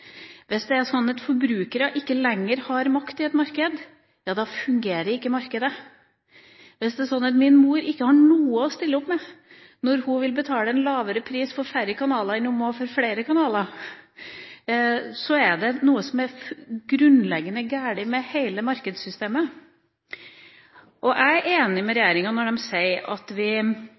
Hvis det er sånn at forbrukerne ikke lenger har makt i et marked, ja, da fungerer ikke markedet. Hvis det er sånn at min mor ikke har noe å stille opp med, når hun vil betale en lavere pris for færre kanaler enn hun må for flere kanaler, så er det noe som er grunnleggende galt med hele markedssystemet. Jeg er enig med regjeringa når den sier at vi